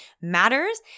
matters